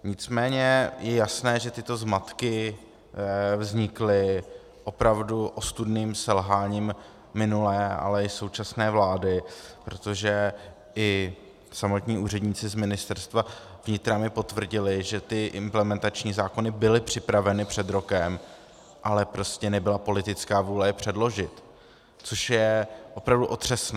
Nicméně je jasné, že tyto zmatky vznikly opravdu ostudným selháním minulé, ale i současné vlády, protože i samotní úředníci z Ministerstva vnitra mi potvrdili, že ty implementační zákony byly připraveny před rokem, ale prostě nebyla politická vůle je předložit, což je opravdu otřesné.